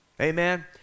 amen